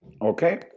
okay